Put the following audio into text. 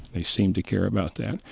they seem to care about that.